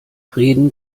reden